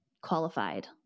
qualified